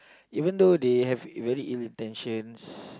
even though they have very ill intentions